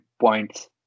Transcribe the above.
points